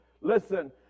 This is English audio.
Listen